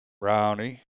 Brownie